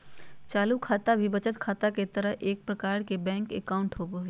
चालू खाता भी बचत खाता के तरह ही एक प्रकार के बैंक अकाउंट होबो हइ